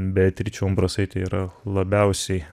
beatričė umbrasaitė yra labiausiai